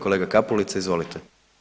Kolega Kapulica izvolite.